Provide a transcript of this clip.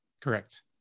Correct